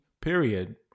period